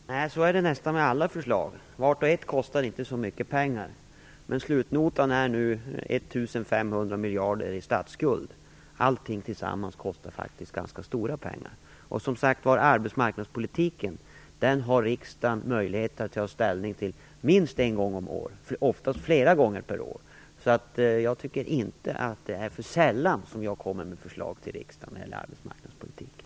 Fru talman! Så är det med nästan alla förslag: vart och ett kostar inte så mycket pengar. Men slutnotan är nu på 1 500 miljarder i statsskuld. Allting tillsammans kostar ganska stora pengar. Riksdagen har, som sagt var, möjlighet att ta ställning till arbetsmarknadspolitiken minst en gång om året, oftast flera gånger. Jag tycker därför inte att jag kommer för sällan till riksdagen med förslag när det gäller arbetsmarknadspolitiken.